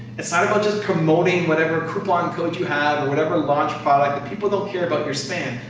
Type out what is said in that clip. it's not about just promoting whatever coupon code you have or whatever launch product. the people don't care about your spam.